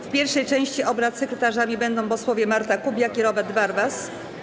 W pierwszej części obrad sekretarzami będą posłowie Marta Kubiak i Robert Warwas.